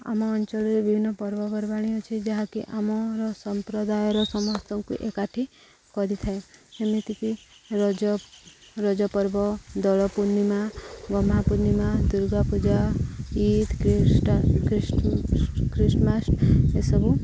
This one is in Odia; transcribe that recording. ଆମ ଅଞ୍ଚଳରେ ବିଭିନ୍ନ ପର୍ବପର୍ବାଣୀ ଅଛି ଯାହାକି ଆମର ସମ୍ପ୍ରଦାୟର ସମସ୍ତଙ୍କୁ ଏକାଠି କରିଥାଏ ଏମିତିକି ରଜ ରଜ ପର୍ବ ଦୋଳ ପୂର୍ଣ୍ଣିମା ଗମ୍ହାପୂର୍ଣ୍ଣିମା ଦୁର୍ଗା ପୂଜା ଇଦ୍ ଖ୍ରୀଷ୍ଟମାସ ଏସବୁ